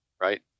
right